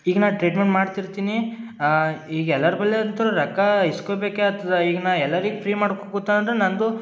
ಈಗ ನಾ ಟ್ರೀಟ್ಮೆಂಟ್ ಮಾಡ್ತಿರ್ತೀನಿ ಈಗ ಎಲ್ಲರ ಬಲ್ಲಿ ಅಂತು ರೊಕ್ಕ ಇಸ್ಕೊಬೇಕೆ ಆತದ ಈಗ ನಾ ಎಲ್ಲರಿಗೆ ಫ್ರೀ ಮಾಡ್ಕೊ ಕೂತ ಅಂದ್ರೆ ನನ್ನದು